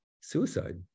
suicide